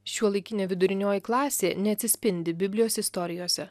šiuolaikinė vidurinioji klasė neatsispindi biblijos istorijose